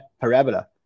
parabola